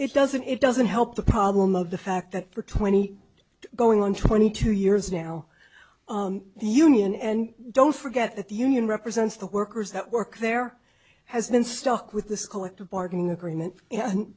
it doesn't it doesn't help the problem of the fact that for twenty going on twenty two years now the union and don't forget that the union represents the workers that work there has been stuck with this collective bargaining agreement